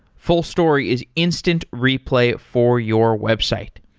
fullstory is instant replay for your website.